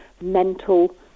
mental